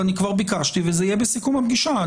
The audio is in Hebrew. אני כבר ביקשתי וזה יהיה בסיכום הפגישה.